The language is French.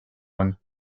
rhône